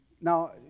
Now